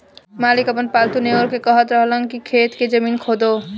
मालिक आपन पालतु नेओर के कहत रहन की खेत के जमीन खोदो